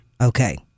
Okay